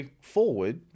forward